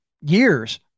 years